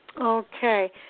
okay